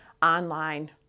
Online